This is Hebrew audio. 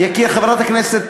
חברת הכנסת,